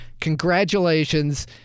Congratulations